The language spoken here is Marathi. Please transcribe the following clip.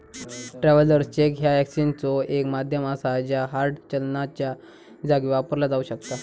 ट्रॅव्हलर्स चेक ह्या एक्सचेंजचो एक माध्यम असा ज्या हार्ड चलनाच्यो जागी वापरला जाऊ शकता